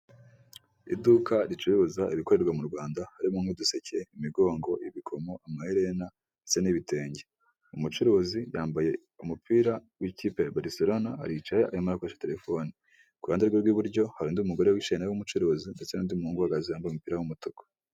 Iduka ricuruza ibikorerwa mu Rwanda harimo nk'uduseke ,imigongo, ibikomo, amaherena ndetse n'ibitenge .Umucuruzi yambaye umupira w'ikipe ya bariserona (barcelona ) aricaye arimo akoresha terefone. Ku ruhande rwe rw'iburyo hari undi mugore wicaye w'umucuruzi ndetse n'undi muhungu uhagaze wambaye umupira w'umutuku.